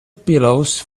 pillows